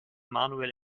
manuel